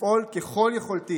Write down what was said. לפעול ככל יכולתי